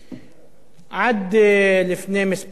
עד לפני כמה שבועות,